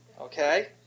Okay